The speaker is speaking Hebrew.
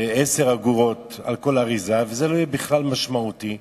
10 אגורות על כל אריזה, וזה לא יהיה בכלל משמעותי,